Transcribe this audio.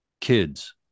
kids